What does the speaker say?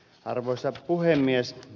arvoisa puhemies